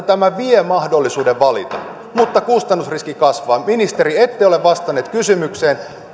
tämä vie mahdollisuuden valita mutta kustannusriski kasvaa ministeri ette ole vastannut kysymykseen